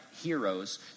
heroes